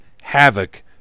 havoc